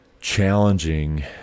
challenging